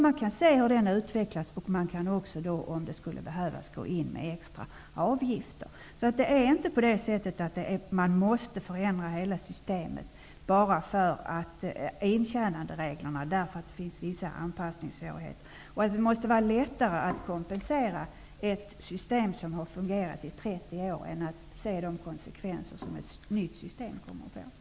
Man kan se hur befolkningsstrukturen utvecklas, och man kan gå in med extra avgifter om det skulle behövas. Man måste inte förändra hela systemet och intjänandereglerna bara för att det finns vissa anpassningssvårigheter. Det måste vara lättare att kompensera i ett system som har fungerat i 30 år än att se de konsekvenser som ett nytt system kommer att få.